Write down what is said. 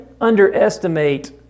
underestimate